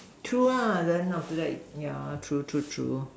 two ah then after that ya true true true